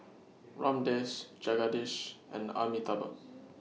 Ramdev Jagadish and Amitabh